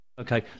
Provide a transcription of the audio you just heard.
Okay